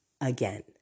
again